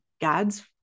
God's